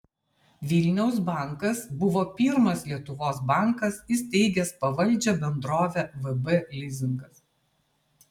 vilniaus bankas buvo pirmas lietuvos bankas įsteigęs pavaldžią bendrovę vb lizingas